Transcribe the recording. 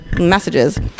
messages